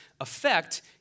effect